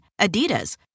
Adidas